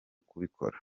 kubikora